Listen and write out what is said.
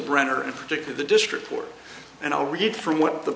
brenner in particular the district court and i'll read from what the